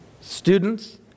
Students